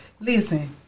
Listen